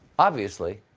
obviously,